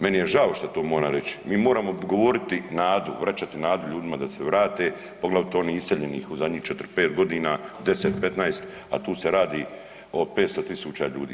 Meni je žao što to moram reći, mi moramo govoriti nadu, vraćati nadu ljudima da se vrate, poglavito onih iseljenih u zadnjih 4-5.g., 10-15, a tu se radi o 500 000 ljudi.